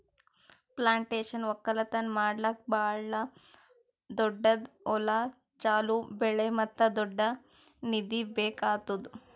plantation ಒಕ್ಕಲ್ತನ ಮಾಡ್ಲುಕ್ ಭಾಳ ದೊಡ್ಡುದ್ ಹೊಲ, ಚೋಲೋ ಬೆಳೆ ಮತ್ತ ದೊಡ್ಡ ನಿಧಿ ಬೇಕ್ ಆತ್ತುದ್